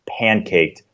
pancaked